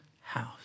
house